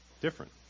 different